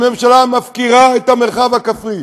הממשלה מפקירה את המרחב הכפרי.